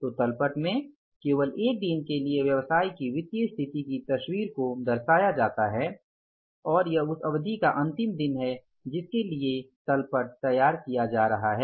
तो तल पट में केवल एक दिन के लिए व्यवसाय की वित्तीय स्थिति की तस्वीर को दर्शाया जाता है और यह उस अवधि का अंतिम दिन है जिसके लिए तल पट तैयार की जा रही है